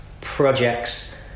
projects